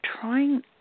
trying